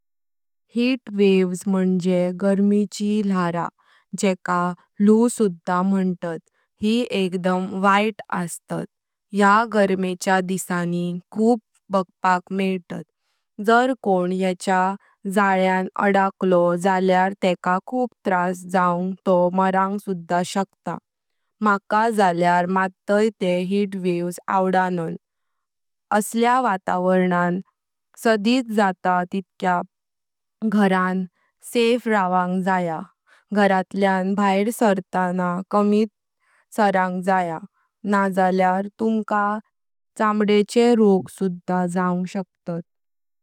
Heat waves म्हणजे गर्मेची लहरां जेका लू सुधा मंतात यी एकदम वाईत अस्तां या गर्मेच्या दिवसांनी खूप बागपाक मेळता। जर कोण याच्या जाल्यां आडकलो जाल्यार तेका खूप त्रास जाउन तो मरांग सुधा शकता। मका जाल्यार मटटाय ते हीट वेव्स आवदानां। असल्या वातावरणां सडीत जातां तित्क्या घरांन सेफे रवंग जया। घरातल्या भायर कमीच सारंग जया नाल्यार तुमका चामड्याचे रोग सुधा जावंग शकतात।